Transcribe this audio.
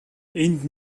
энд